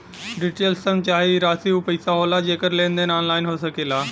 digital शन चाहे ई राशी ऊ पइसा होला जेकर लेन देन ऑनलाइन हो सकेला